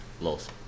Los